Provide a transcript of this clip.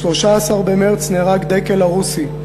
ב-13 במרס נהרג דקל ערוסי,